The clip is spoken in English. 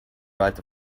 right